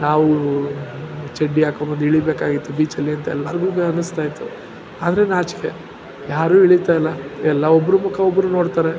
ನಾವು ಚಡ್ಡಿ ಹಾಕ್ಕೊಬಂದ್ ಇಳಿಬೇಕಾಗಿತ್ತು ಬೀಚಲ್ಲಿ ಅಂತ ಎಲ್ಲರಿಗೂ ಅನಿಸ್ತಾಯಿತ್ತು ಆದರೆ ನಾಚಿಕೆ ಯಾರೂ ಇಳಿತಾಯಿಲ್ಲ ಎಲ್ಲ ಒಬ್ರ ಮುಖ ಒಬ್ಬರು ನೋಡ್ತಾರೆ